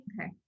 okay